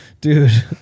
dude